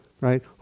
right